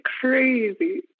crazy